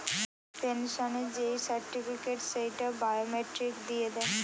পেনসনের যেই সার্টিফিকেট, সেইটা বায়োমেট্রিক দিয়ে দেয়